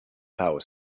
power